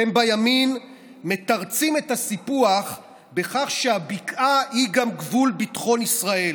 אתם בימין מתרצים את הסיפוח בכך שהבקעה היא גם גבול ביטחון ישראל,